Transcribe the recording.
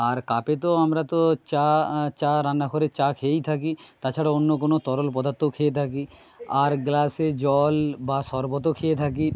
আর কাপে তো আমরা তো চা চা রান্না করে চা খেয়েই থাকি তাছাড়া অন্য কোনো তরল পদার্থও খেয়ে থাকি আর গ্লাসে জল বা সরবতও খেয়ে থাকি